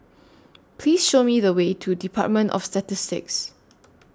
Please Show Me The Way to department of Statistics